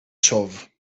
chove